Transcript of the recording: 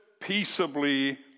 peaceably